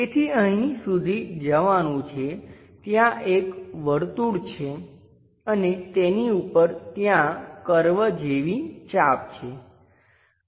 તેથી અહીં સુધી જવાનું છે ત્યાં એક વર્તુળ છે અને તેની ઉપર ત્યાં કર્વ જેવી ચાપ છે